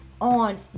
on